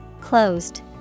Closed